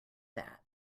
that